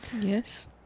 yes